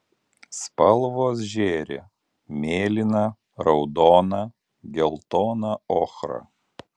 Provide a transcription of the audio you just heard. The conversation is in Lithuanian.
spalvos žėri mėlyna raudona geltona ochra